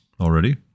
Already